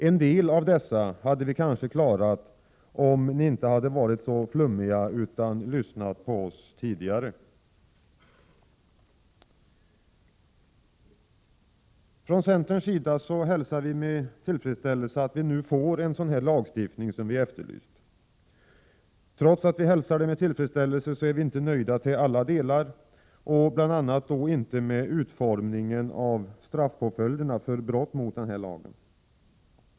En del av dessa hade vi kanske klarat om ni socialdemokrater inte hade varit så flummiga utan lyssnat på oss tidigare. Från centerns sida hälsar vi med tillfredsställelse att vi nu får en sådan lagstiftning som vi har efterlyst. Trots att vi hälsar förslaget med tillfredsställelse är vi inte nöjda med det i alla delar. Det gäller bl.a. i fråga om utformningen av straffpåföljderna för brott mot denna lag.